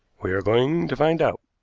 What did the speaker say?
we are going to find out,